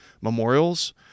memorials